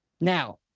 Now